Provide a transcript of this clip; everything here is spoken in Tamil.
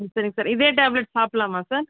சரிங்க சரி இதே டேப்லட் சாப்பிடலாமா சார்